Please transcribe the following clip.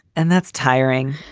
and that's tiring.